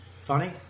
Funny